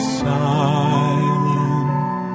silent